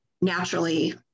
naturally